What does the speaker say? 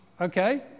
okay